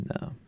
No